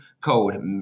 code